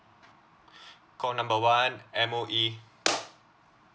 call number one M_O_E